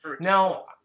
Now